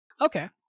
okay